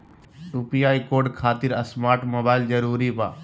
UPI code खातिर smart mobile जरूरी बा?